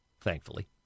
thankfully